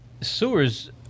Sewers